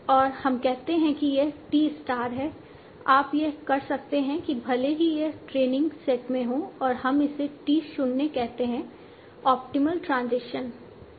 और हम कहते हैं कि यह t स्टार है आप यह कर सकते हैं कि भले ही यह ट्रेनिंग सेट में हो और हम इसे टी शून्य कहते हैं ऑप्टिमल ट्रांजिशन